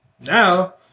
Now